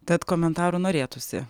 tad komentarų norėtųsi